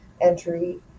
entry